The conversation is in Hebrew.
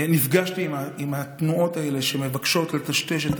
נפגשתי עם התנועות האלה, שמבקשות לטשטש את